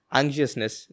anxiousness